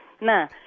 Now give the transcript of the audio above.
Nah